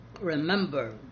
Remember